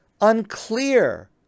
unclear